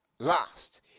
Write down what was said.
last